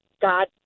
God